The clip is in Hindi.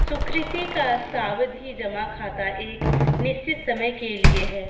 सुकृति का सावधि जमा खाता एक निश्चित समय के लिए है